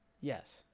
Yes